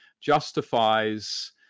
justifies